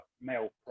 male